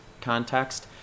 context